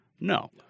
No